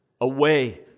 away